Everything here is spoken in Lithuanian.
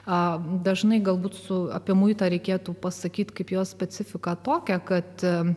a dažnai galbūt su apie muitą reikėtų pasakyti kaip jos specifika tokia kad